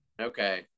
okay